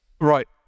right